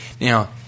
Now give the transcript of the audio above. Now